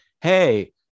hey